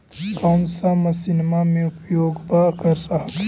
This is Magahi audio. कौन सा मसिन्मा मे उपयोग्बा कर हखिन?